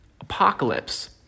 apocalypse